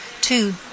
Two